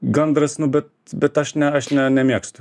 gandras nu bet bet aš ne aš ne nemėgstu